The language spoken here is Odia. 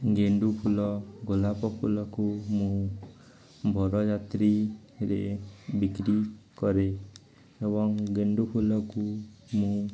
ଗେଣ୍ଡୁ ଫୁଲ ଗୋଲାପ ଫୁଲକୁ ମୁଁ ବର ଯାତ୍ରୀରେ ବିକ୍ରି କରେ ଏବଂ ଗେଣ୍ଡୁ ଫୁଲକୁ ମୁଁ